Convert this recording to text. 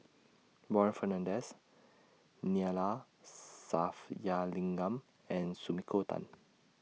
Warren Fernandez Neila Sathyalingam and Sumiko Tan